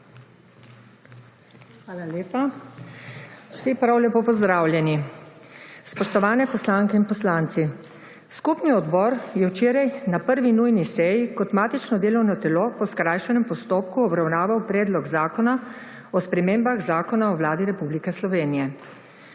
Hvala lepa. Vsi prav lepo pozdravljeni! Spoštovani poslanke in poslanci, Skupni odbor je včeraj na prvi nujni seji kot matično delovno telo po skrajšanem postopku obravnaval Predlog zakona o spremembah Zakona o Vladi Republike Slovenije.